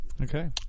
Okay